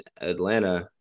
Atlanta